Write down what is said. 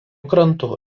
krantu